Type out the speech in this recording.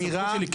לא הסמכות שלי.